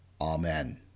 Amen